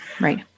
Right